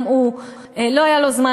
גם הוא לא היה לו זמן,